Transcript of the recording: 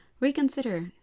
reconsider